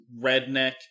redneck